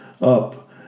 up